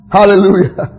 Hallelujah